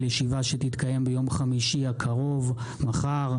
פתיחת ישיבת הכנסת ביום ה' בניסן התשפ"ג,